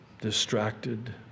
distracted